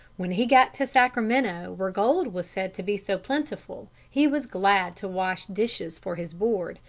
when he got to sacramento, where gold was said to be so plentiful, he was glad to wash dishes for his board,